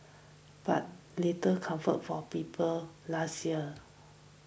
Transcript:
but little comfort for people last year